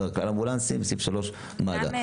על כלל האמבולנסים וסעיף (3) מדבר על מד"א?